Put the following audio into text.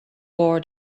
war